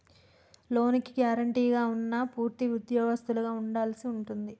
లోనుకి గ్యారెంటీగా ఉన్నా పూర్తి ఉద్యోగస్తులుగా ఉండవలసి ఉంటుంది